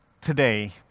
today